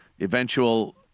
eventual